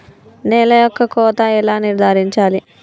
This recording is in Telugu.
నేల యొక్క కోత ఎలా నిర్ధారించాలి?